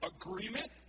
agreement